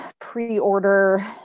pre-order